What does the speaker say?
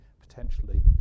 potentially